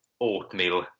oatmeal